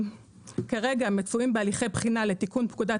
כרגע מצויים בהליכי בחינה לתיקון פקודת